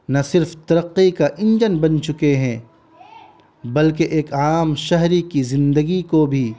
نہ صرف ترقی کا انجن بن چکے ہیں بلکہ ایک عام شہری کی زندگی کو بھی